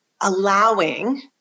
allowing